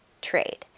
Trade